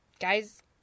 Guys